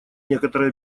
некоторые